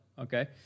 okay